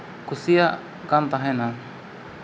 ᱠᱩᱥᱤᱭᱟᱜ ᱠᱟᱱ ᱛᱟᱦᱮᱱᱟ